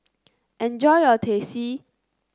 enjoy your Teh C